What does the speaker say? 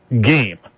game